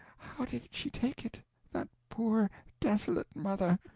how did she take it that poor, desolate mother?